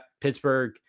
pittsburgh